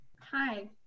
Hi